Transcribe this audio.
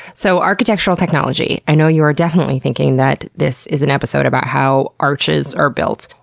so architectural technology, i know you are definitely thinking that this is an episode about how arches are built.